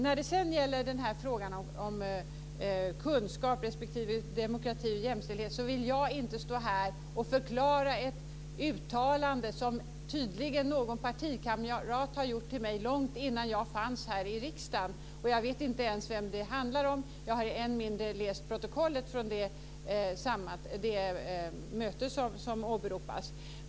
När det sedan gäller frågan om kunskap respektive demokrati och jämställdhet vill jag inte stå här och förklara ett uttalande som tydligen någon partikamrat till mig har gjort långt innan jag fanns här i riksdagen. Jag vet inte ens vem det handlar om, jag har än mindre läst protokollet från det möte som åberopas.